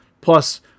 Plus